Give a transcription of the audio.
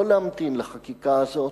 לא להמתין לחקיקה הזאת,